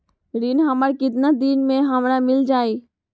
ऋण हमर केतना दिन मे हमरा मील जाई?